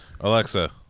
Alexa